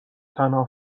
تنها